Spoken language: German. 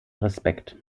respekt